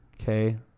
Okay